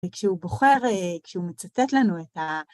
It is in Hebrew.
וכשהוא בוחר, כשהוא מצטט לנו את ה...